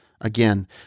again